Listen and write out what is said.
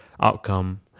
outcome